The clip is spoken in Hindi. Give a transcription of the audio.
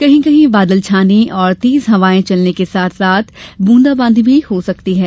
कहीं कहीं बादल छाने और तेज हवाएं चलने के साथ साथ ब्रंदाबांदी भी हो सकती है